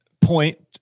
point